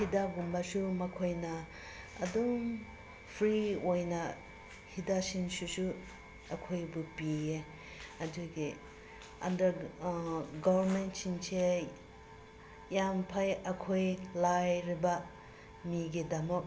ꯍꯤꯗꯥꯛꯒꯨꯝꯕꯁꯨ ꯃꯈꯣꯏꯅ ꯑꯗꯨꯝ ꯐ꯭ꯔꯤ ꯑꯣꯏꯅ ꯍꯤꯗꯥꯛꯁꯤꯡꯁꯨꯁꯨ ꯑꯩꯈꯣꯏꯕꯨ ꯄꯤ ꯑꯗꯨꯒꯤ ꯑꯟꯗꯔ ꯒꯣꯔꯃꯦꯟꯁꯤꯡꯁꯦ ꯌꯥꯝ ꯐꯩ ꯑꯩꯈꯣꯏ ꯂꯥꯏꯔꯕ ꯃꯤꯒꯤꯗꯃꯛ